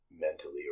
mentally